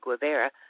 Guevara